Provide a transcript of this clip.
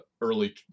early